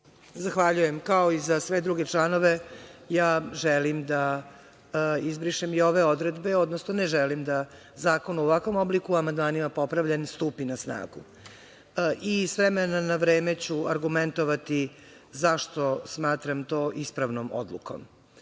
Zahvaljujem. Kao i za sve druge članove, želim da izbrišem i ove odredbe, odnosno ne želim da zakon u ovakvom obliku amandmanima popravljen stupi na snagu. S vremena na vreme ću argumentovati zašto smatram to ispravnom odlukom. Dijalog